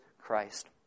Christ